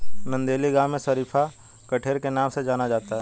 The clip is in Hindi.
नंदेली गांव में शरीफा कठेर के नाम से जाना जाता है